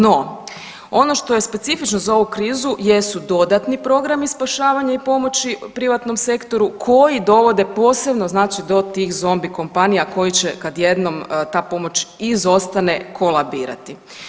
No, ono što je specifično za ovu krizu jesu dodatni programi spašavanja i pomoći privatnom sektoru koji dovode posebno, znači do tih zombi kompanija koji će kad jednom ta pomoć izostane kolabirati.